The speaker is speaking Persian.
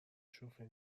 شوخی